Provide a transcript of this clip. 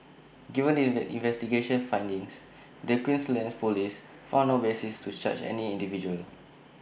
given these investigation findings the Queensland Police found no basis to charge any individual